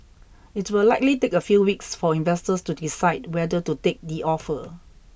it will likely take a few weeks for investors to decide whether to take the offer